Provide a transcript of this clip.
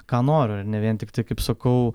ką noriu ir ne vien tiktai kaip sakau